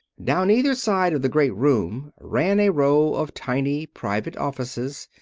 down either side of the great room ran a row of tiny private offices,